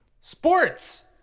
Sports